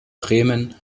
bremen